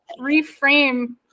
reframe